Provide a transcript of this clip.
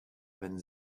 wenn